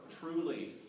truly